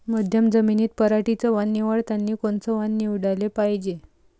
मध्यम जमीनीत पराटीचं वान निवडतानी कोनचं वान निवडाले पायजे?